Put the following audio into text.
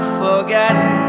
forgotten